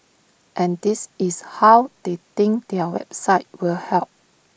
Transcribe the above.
and this is how they think their website will help